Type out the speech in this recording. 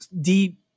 deep